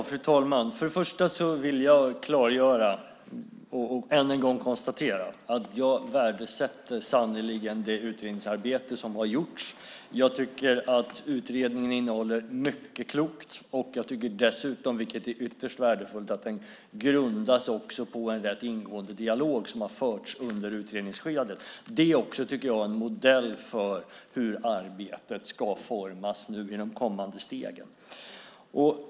Fru talman! Först och främst vill jag klargöra och än en gång konstatera att jag sannerligen värdesätter det utredningsarbete som har gjorts. Utredningen innehåller mycket klokt. Den grundar sig dessutom, vilket är ytterst värdefullt, på en rätt ingående dialog som har förts under utredningsskedet. Det är också en modell för hur arbetet ska formas i de kommande stegen.